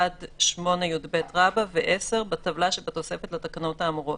עד (8יב) ו-(10) בטבלה שבתוספת לתקנות האמורות.